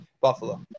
Buffalo